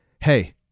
hey